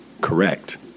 correct